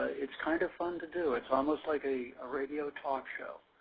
its kind of fun to do. its almost like a ah radio talk show.